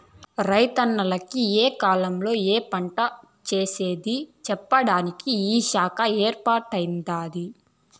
రైతన్నల కి ఏ కాలంలో ఏ పంటేసేది చెప్పేదానికి ఈ శాఖ ఏర్పాటై దాది